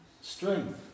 strength